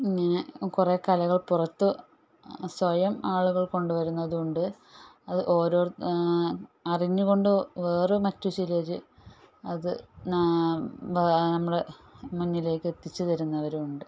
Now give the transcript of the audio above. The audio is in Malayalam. ഇങ്ങനെ കുറേ കലകൾ പുറത്ത് സ്വയം ആളുകൾ കൊണ്ടുവരുന്നത് ഉണ്ട് അത് അറിഞ്ഞുകൊണ്ട് വേറെ മറ്റു ചിലർ അത് നമ്മളെ മുന്നിലേക്ക് എത്തിച്ചു തരുന്നവരുമുണ്ട്